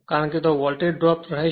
કારણ કે ત્યાં વોલ્ટેજ ડ્રોપ રહેશે